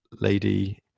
lady